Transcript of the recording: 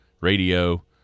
Radio